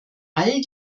all